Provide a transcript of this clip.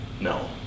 No